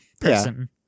person